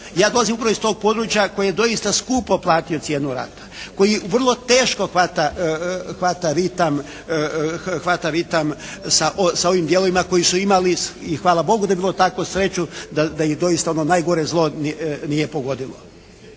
Ja dolazim upravo iz tog područja koji je doista skupo platio cijenu rata, koji vrlo teško hvata ritam sa ovim dijelovima koji su imali i hvala Bogu da je bilo tako sreću da ih doista ono najgore zlo nije pogodilo.